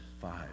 five